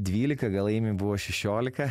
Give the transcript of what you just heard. dvylika gal eimiui buvo šešiolika